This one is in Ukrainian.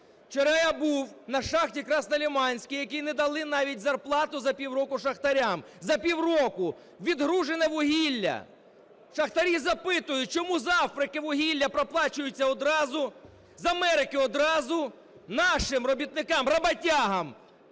Вчора я був на шахті "Краснолиманській", якій не дали навіть зарплату за півроку шахтарям, за півроку! Відгружене вугілля. Шахтарі запитують: чому з Африки вугілля проплачується одразу, з Америки – одразу, нашим робітникам, роботягам